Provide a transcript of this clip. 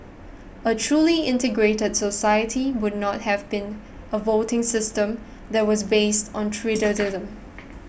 a truly integrated society would not have been a voting system that was based on tribalism